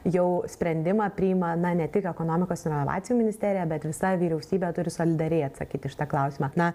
jau sprendimą priima na ne tik ekonomikos ir inovacijų ministerija bet visa vyriausybė turi solidariai atsakyti į šitą klausimą na